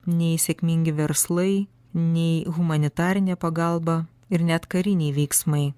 nei sėkmingi verslai nei humanitarinė pagalba ir net kariniai veiksmai